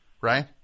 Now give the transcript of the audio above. right